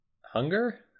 hunger